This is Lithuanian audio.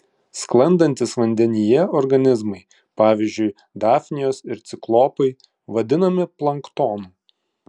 sklandantys vandenyje organizmai pavyzdžiui dafnijos ir ciklopai vadinami planktonu